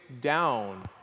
down